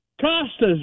Costas